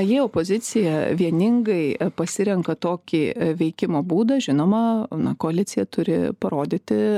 jie opozicija vieningai pasirenka tokį veikimo būdą žinoma koalicija turi parodyti